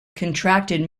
contracted